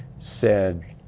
said